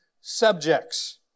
subjects